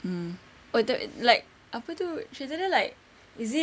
mm or the like apa tu cerita dia like is it